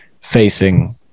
facing